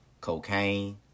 cocaine